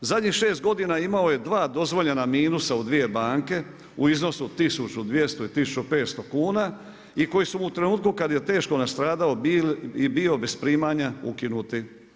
Zadnjih 6 godina imao je 2 dozvoljena minusa u 2 banke u iznosu 1200 i 1500kn, i koji su mu u trenutku kada je teško nastradao bio bez primanja ukinuti.